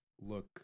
look